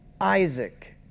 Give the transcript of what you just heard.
Isaac